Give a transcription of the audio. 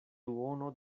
duono